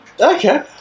Okay